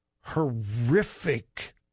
horrific